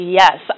yes